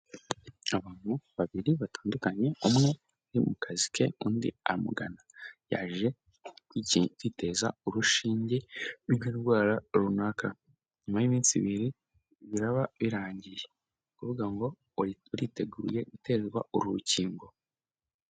Abantu babiri batandukanye umwe ari mu kazi ke undi amugana, yaje kwiteza urushinge rw'indwara runaka, nyuma y'iminsi ibiri biraba birangiye ni ukuvuga ngo uriteguye guterwa uru rukingo.